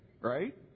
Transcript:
Right